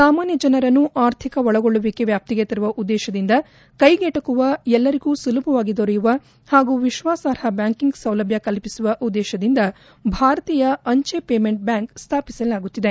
ಸಾಮಾನ್ಯ ಜನರನ್ನು ಆರ್ಥಿಕ ಒಳಗೊಳ್ಳುವಿಕೆ ವ್ಲಾಪ್ತಿಗೆ ತರುವ ಉದ್ದೇತದಿಂದ ಕ್ಲೆಗೆಟಕುವ ಎಲ್ಲರಿಗೂ ಸುಲಭವಾಗಿ ದೊರೆಯುವ ಹಾಗೂ ವಿಶ್ವಾಸಾರ್ಹ ಬ್ಯಾಂಕಿಂಗ್ ಸೌಲಭ್ಯ ಕಲ್ಪಿಸುವ ಉದ್ದೇಶದಿಂದ ಭಾರತೀಯ ಅಂಚೆ ಪೇಮೆಂಟ್ ಬ್ಲಾಂಕ್ ಸ್ಥಾಪಿಸಲಾಗುತ್ತಿದೆ